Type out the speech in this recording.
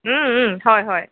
হয় হয়